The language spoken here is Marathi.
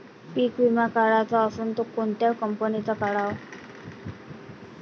पीक विमा काढाचा असन त कोनत्या कंपनीचा काढाव?